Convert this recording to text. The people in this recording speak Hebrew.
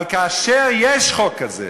אבל כאשר יש חוק כזה,